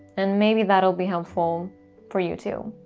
and maybe that'll be helpful for you too.